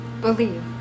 Believe